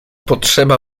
potrzeba